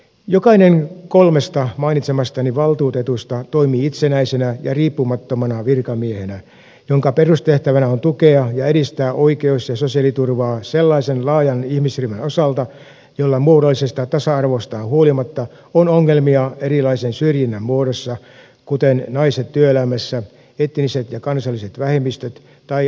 jokainen kolmesta mainitsemastani valtuutetusta toimii itsenäisenä ja riippumattomana virkamiehenä jonka perustehtävänä on tukea ja edistää oikeus ja sosiaaliturvaa sellaisen laajan ihmisryhmän osalta jolla muodollisesta tasa arvostaan huolimatta on ongelmia erilaisen syrjinnän muodossa kuten naiset työelämässä etniset ja kansalliset vähemmistöt tai alaikäisyyteen eli lapsiin liittyen